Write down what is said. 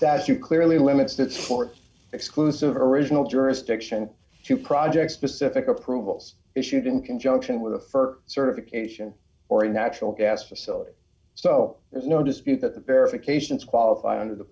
you clearly limits that support exclusive original jurisdiction to project specific approvals issued in conjunction with the fur certification or a natural gas facility so there's no dispute that the verifications qualify under the